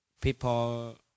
people